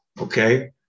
okay